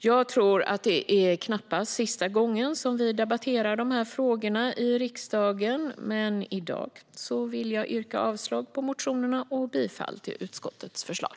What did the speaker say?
Jag tror att det knappast är sista gången som vi debatterar dessa frågor i riksdagen, men i dag vill jag yrka avslag på motionerna och bifall till utskottets förslag.